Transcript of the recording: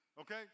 okay